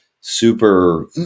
Super